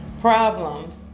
problems